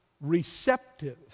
receptive